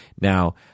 Now